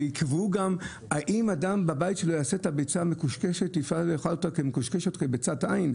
שיקבעו גם האם אדם בביתו יבשל ביצה מקושקשת או ביצת עין?